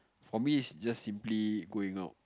for me it's just simply going out